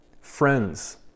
friends